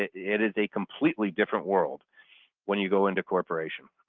it is a completely different world when you go into corporation.